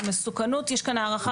"מסוכנות" יש כאן הערכה,